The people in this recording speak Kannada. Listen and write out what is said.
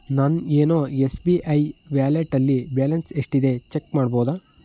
ನನ್ನ ಯೇನೋ ಎಸ್ ಬಿ ಐ ವ್ಯಾಲೆಟಲ್ಲಿ ಬ್ಯಾಲೆನ್ಸ್ ಎಷ್ಟಿದೆ ಚೆಕ್ ಮಾಡ್ಬೋದಾ